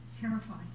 Terrified